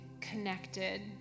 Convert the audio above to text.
connected